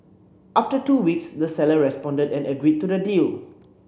after two weeks the seller responded and agreed to the deal